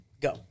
go